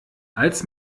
als